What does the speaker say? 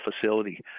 facility